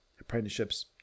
Apprenticeships